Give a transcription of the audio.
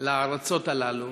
לארצות הללו